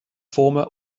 former